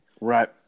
Right